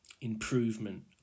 improvement